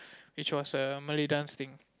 it was a Malay dance thing